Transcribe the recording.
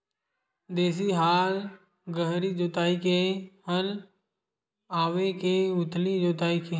देशी हल गहरी जोताई के हल आवे के उथली जोताई के?